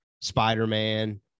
Spider-Man